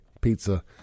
Pizza